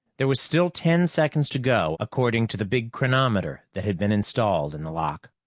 there was still ten seconds to go, according to the big chronometer that had been installed in the lock.